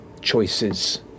choices